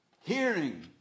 Hearing